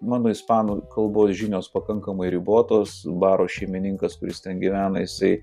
mano ispanų kalbos žinios pakankamai ribotos baro šeimininkas kuris ten gyvena jisai